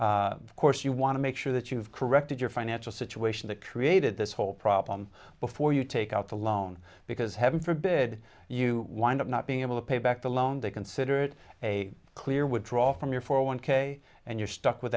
situation of course you want to make sure that you've corrected your financial situation that created this whole problem before you take out the loan because heaven forbid you wind up not being able to pay back the loan they considered a clear withdraw from your four one k and you're stuck with